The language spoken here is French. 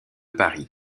paris